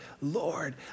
Lord